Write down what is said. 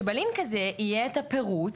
שבלינק הזה יהיה את הפירוט